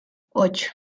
ocho